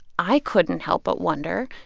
i couldn't help but wonder,